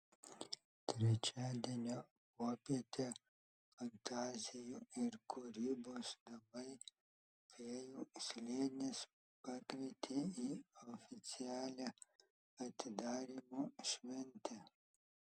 trečiadienio popietę fantazijų ir kūrybos namai fėjų slėnis pakvietė į oficialią atidarymo šventę